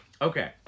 okay